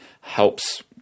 helps